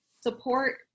support